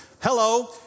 Hello